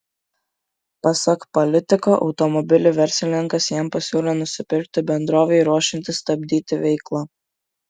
pasak politiko automobilį verslininkas jam pasiūlė nusipirkti bendrovei ruošiantis stabdyti veiklą